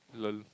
lol